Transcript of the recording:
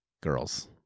girls